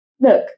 look